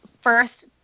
first